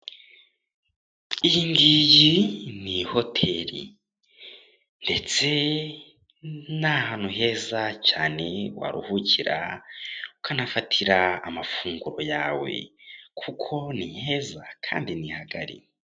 Iyi ngiyi ni ihoteri, ndetse ni ahantu heza cyane waruhukira, ukanafatira amafunguro yawe, kuko ni heza kandi ni hagari.